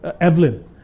Evelyn